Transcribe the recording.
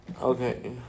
Okay